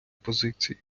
позиції